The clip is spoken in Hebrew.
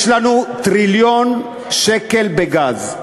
יש לנו טריליון שקל בגז.